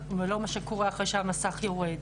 ולא מה קורה אחרי שהמסך יורד.